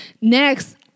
Next